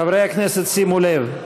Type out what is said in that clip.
חברי הכנסת, שימו לב,